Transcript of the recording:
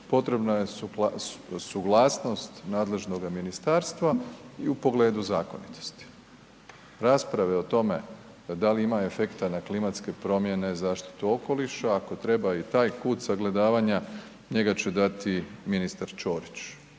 potrebna je suglasnost nadležnoga ministarstva i u pogledu zakonitosti. Rasprave o tome da li ima efekta na klimatske promjene, zaštitu okoliša, ako treba i taj kut sagledavanja, njega će dati ministar Ćorić.